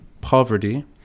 poverty